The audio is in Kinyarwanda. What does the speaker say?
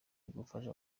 bigufasha